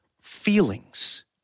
feelings